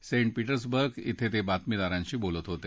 set Petersburg ॐ ते बातमीदारांशी बोलत होते